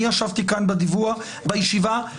אני ישבתי כאן בדיווח בישיבה,